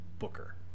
booker